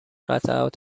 قطعات